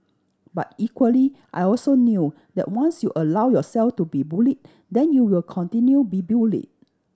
but equally I also knew that once you allow yourself to be bullied then you will continue be bullied